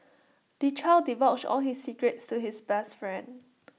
the child divulged all his secrets to his best friend